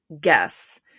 guess